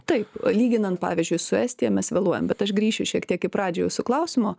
taip lyginant pavyzdžiui su estija mes vėluojam bet aš grįšiu šiek tiek į pradžią jūsų klausimo